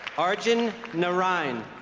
arjun narain